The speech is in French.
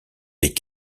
des